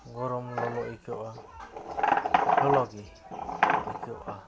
ᱜᱚᱨᱚᱢ ᱞᱚᱞᱚ ᱟᱹᱭᱠᱟᱹᱜᱼᱟ ᱞᱚᱞᱚᱜᱮ ᱟᱹᱭᱠᱟᱹᱜᱟ